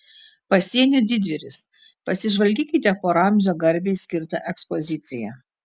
pasienio didvyris pasižvalgykite po ramzio garbei skirtą ekspoziciją